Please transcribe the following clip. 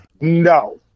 No